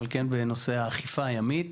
אבל כן בנושא האכיפה הימית.